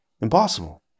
impossible